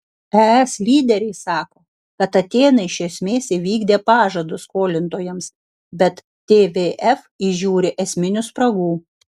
es lyderiai sako kad atėnai iš esmės įvykdė pažadus skolintojams bet tvf įžiūri esminių spragų